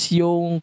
yung